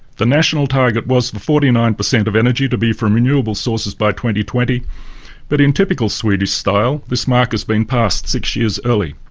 national target was for forty nine percent of energy to be from renewable sources by twenty twenty but in typical swedish style this mark has been passed six years early.